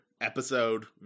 episode